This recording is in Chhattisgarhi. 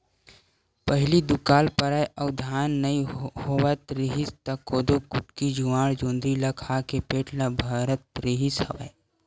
पहिली दुकाल परय अउ धान नइ होवत रिहिस त कोदो, कुटकी, जुवाड़, जोंधरी ल खा के पेट ल भरत रिहिस हवय